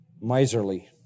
miserly